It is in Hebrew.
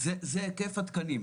זה היקף התקנים.